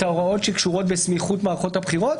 ההוראות שקשורות בסמיכות מערכות הבחירות,